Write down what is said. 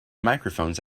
microphones